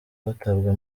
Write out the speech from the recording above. batabwa